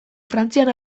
frantzian